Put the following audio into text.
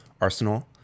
arsenal